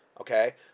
Okay